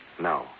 no